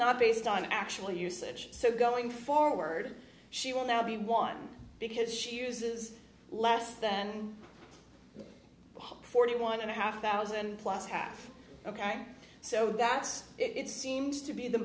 not based on actual usage so going forward she will now be one because she uses less then forty one and a half thousand plus half ok so that's it seems to be the